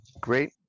great